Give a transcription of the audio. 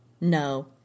No